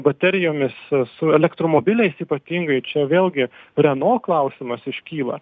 baterijomis su elektromobiliais ypatingai čia vėlgi renault klausimas iškyla